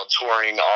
touring